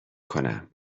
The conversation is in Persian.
کنم